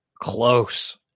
close